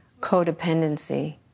codependency